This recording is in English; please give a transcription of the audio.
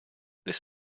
this